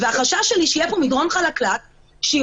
והחשש שלי הוא שיהיה פה מדרון חלקלק שיוביל,